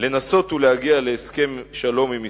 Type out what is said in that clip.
לנסות ולהגיע להסכם שלום עם ישראל,